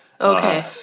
Okay